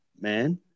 man